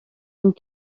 and